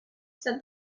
said